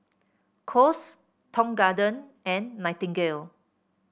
Kose Tong Garden and Nightingale